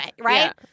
right